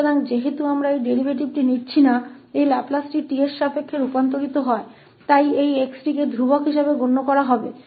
इसलिए चूंकि हम इस डेरीवेटिव को नहीं ले रहे हैं यह लाप्लास t के संबंध में रूपांतरित होता है इसलिए इस 𝑥 को स्थिर माना जाएगा